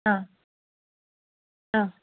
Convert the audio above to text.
ആ ആ